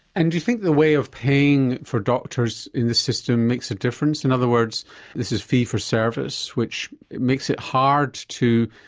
and do you think the way of paying for doctors in this system makes a difference? in other words this is fee for service which makes it hard to,